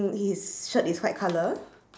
his shirt is white colour